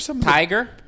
Tiger